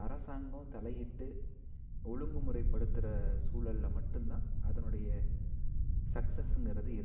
அரசாங்கம் தலையிட்டு ஒழுங்குமுறைப்படுத்துற சூழலில் மட்டும்தான் அதனுடைய சக்ஸஸ்ங்கிறது இருக்குது